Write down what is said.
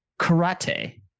Karate